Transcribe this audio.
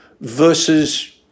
versus